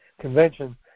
convention